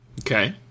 Okay